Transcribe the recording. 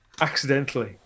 accidentally